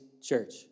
church